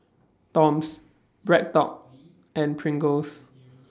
Toms BreadTalk and Pringles